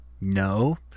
no